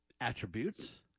attributes